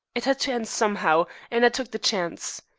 it had to end somehow, and i took the chance.